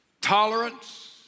tolerance